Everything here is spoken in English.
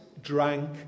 drank